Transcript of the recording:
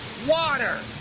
water!